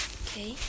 okay